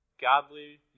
godly